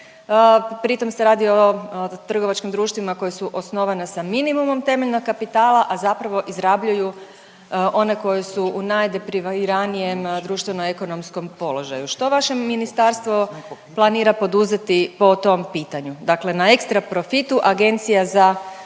pri tom se radi o trgovačkim društvima koja su osnovana sa minimumom temeljnog kapitala, a zapravo izrabljuju one koji su u najdepriviranijem društveno ekonomskom položaju. Što vaše ministarstvo planira poduzeti po tom pitanju, dakle na ekstraprofitu agencija za